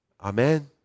Amen